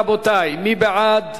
רבותי, מי בעד?